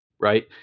right